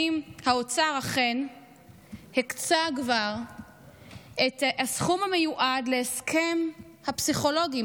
האוצר אכן כבר הקצה את הסכום המיועד להסכם הפסיכולוגים,